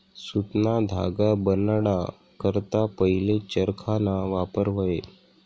सुतना धागा बनाडा करता पहिले चरखाना वापर व्हये